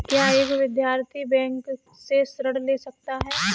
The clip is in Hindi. क्या एक विद्यार्थी बैंक से ऋण ले सकता है?